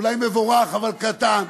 אולי מבורך, אבל קטן?